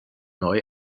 neu